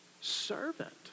servant